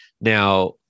now